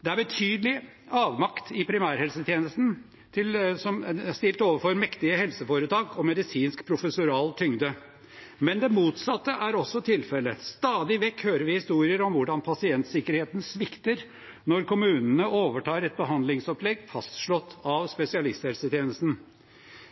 Det er betydelig avmakt i primærhelsetjenesten stilt overfor mektige helseforetak og medisinsk professoral tyngde. Men det motsatte er også tilfellet. Stadig vekk hører vi historier om hvordan pasientsikkerheten svikter når kommunene overtar et behandlingsopplegg fastslått av spesialisthelsetjenesten.